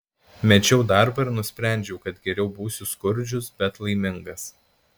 mečiau darbą ir nusprendžiau kad geriau būsiu skurdžius bet laimingas